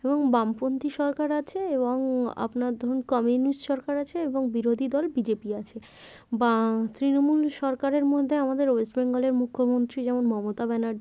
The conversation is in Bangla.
এবং বামপন্থী সরকার আছে এবং আপনার ধরুন কমিউনিস্ট সরকার আছে এবং বিরোধী দল বি জে পি আছে বা তৃণমূল সরকারের মধ্যে আমাদের ওয়েস্ট বেঙ্গলের মুখ্যমন্ত্রী যেমন মমতা ব্যানার্জি